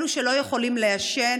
אלה שלא יכולים לעשן,